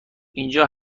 اینجا